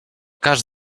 cas